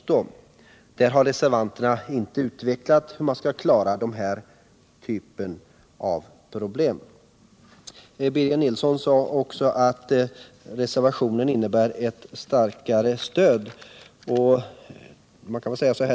14 december 1977 Där har reservanterna inte utvecklat hur man skall klara denna typav problem. Birger Nilsson sade också att reservationen innebär ett starkare = Sysselsättningsbistöd.